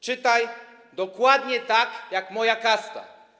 Czytaj: dokładnie tak jak moja kasta.